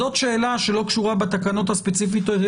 זאת שאלה שלא קשורה בתקנות הספציפיות אלא